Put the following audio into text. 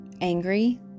Angry